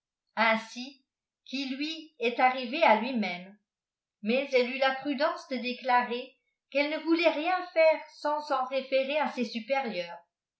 ainsi qu'il lui et arrivé ii lui-même mais elle eut la prudence de déclarer qu'elle ne voulait rien iaire tans en référer à ses supérieurs